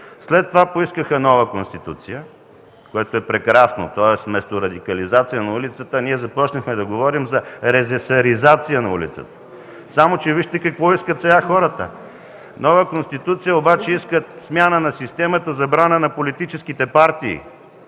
след това поискаха нова Конституция, което е прекрасно. Тоест, вместо радикализация на улицата ние започнахме да говорим за резесаризация на улицата. (Шум и реплики.) Само че вижте какво искат сега хората – нова Конституция, обаче искат смяна на системата, забрана на политическите партии